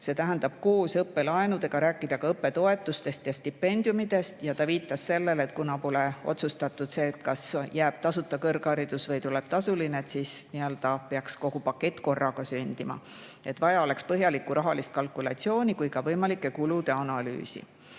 See tähendab, et koos õppelaenudega tuleks rääkida ka õppetoetustest ja stipendiumidest. Ta viitas sellele, et kuna pole otsustatud, kas jääb tasuta kõrgharidus või tuleb tasuline, siis peaks nii-öelda kogu pakett korraga sündima. Vaja oleks nii põhjalikku rahalist kalkulatsiooni kui ka võimalike kulude analüüsi.